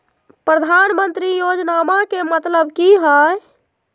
प्रधानमंत्री योजनामा के मतलब कि हय?